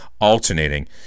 alternating